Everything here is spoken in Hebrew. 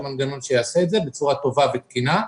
המנגנון שיעשה את זה בצורה טובה ותקינה.